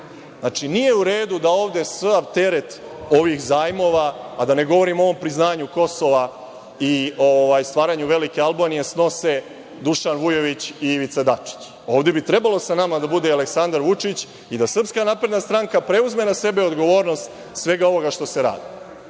Nije u redu da ovde sav teret ovih zajmova, a da ne govorim o ovom priznanju Kosova i stvaranju velike Albanije snose Dušan Vujović i Ivica Dačić. Ovde bi trebalo sa nama da bude i Aleksandar Vučić i da SNS preuzme na sebe odgovornost svega ovoga što se